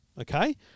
Okay